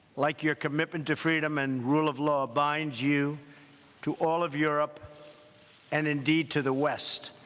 like your commitment to freedom and rule of law, binds you to all of europe and, indeed, to the west.